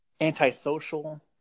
antisocial